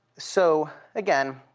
so, again,